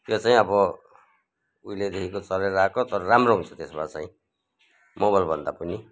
त्यो चाहिँ अब उहिलेदेखिको चलेर अएको तर राम्रो हुन्छ त्यसमा चाहिँ मोबाइल भन्दा पनि